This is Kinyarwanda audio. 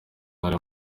nari